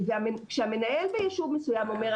כשהמנהל ביישוב מסוים אומר,